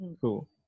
cool